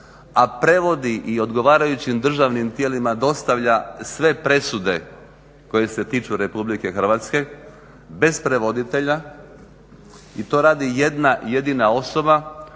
a prevodi i odgovarajućim državnim tijelima dostavlja sve presude koje se tiče Republike Hrvatske bez prevoditelja i to radi jedna jedina osoba